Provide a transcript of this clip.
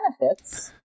benefits